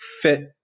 fit